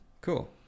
cool